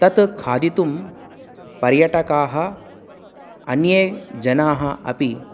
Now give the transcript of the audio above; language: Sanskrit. तत् खादितुं पर्यटकाः अन्ये जनाः अपि